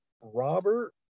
Robert